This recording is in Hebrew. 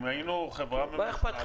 אחרת היינו במקום אחר.